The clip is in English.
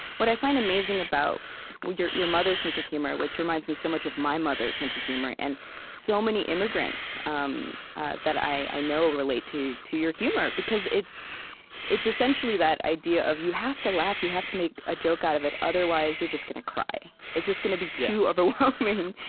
what i find amazing about your your mother's sense of humor, which reminds me so much of my mother's sense of humor and so many immigrants um that i know relate to to your humor, because it's it's essentially that idea of you have to laugh, you have to make a joke out of it otherwise, you're just going to cry. it's just going to be too overwhelming.